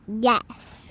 yes